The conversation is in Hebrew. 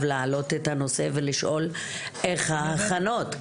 להעלות את הנושא ולשאול איך ההכנות,